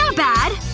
ah bad!